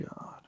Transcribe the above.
God